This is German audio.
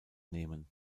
nehmen